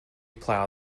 plough